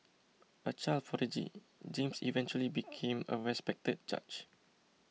a child prodigy James eventually became a respected judge